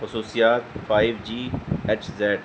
خصوصیات five G H Z